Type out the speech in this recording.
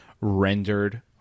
rendered